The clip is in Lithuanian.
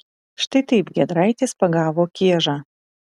štai taip giedraitis pagavo kiežą